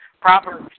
Proverbs